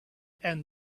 and